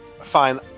Fine